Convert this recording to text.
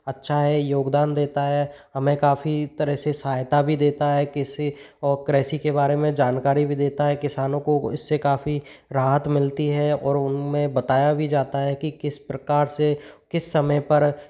अच्छा है योगदान देता है हमें काफी तरह से सहायता भी देता है किसी और कृषि के बारे में जानकारी भी देता है किसानों को इससे काफी राहत मिलती है और उनमें बताया भी जाता है कि किस प्रकार से किस समय पर